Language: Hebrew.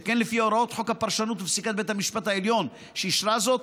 שכן לפי הוראות חוק הפרשנות ופסיקת בית המשפט העליון שאישרה זאת,